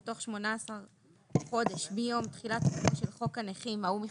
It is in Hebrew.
או תוך 18 חודש מיום תחילת תוקפו של חוק הנכים ההוא מ-52.